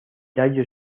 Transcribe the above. tallo